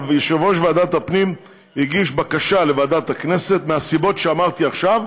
אבל יושב-ראש ועדת הפנים הגיש בקשה לוועדת הכנסת מהסיבות שאמרתי עכשיו,